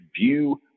view